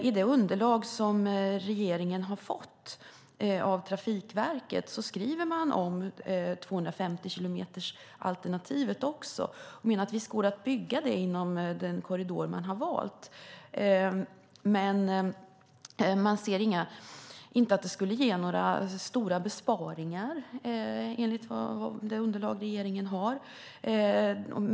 I det underlag som regeringen har fått av Trafikverket skriver man också om 250-kilometersalternativet. Visst går det att bygga det inom den korridor man har valt. Men man ser inte att det skulle ge några stora besparingar, enligt det underlag som regeringen har.